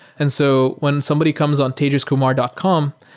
and so when somebody comes on tejaskumar dot com,